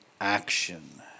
action